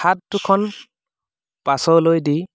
হাত দুখন পাছলৈ দি